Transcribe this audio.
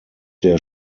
der